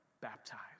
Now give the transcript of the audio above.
baptized